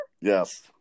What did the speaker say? yes